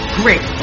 great